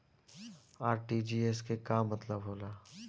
RTGS के का मतलब होला?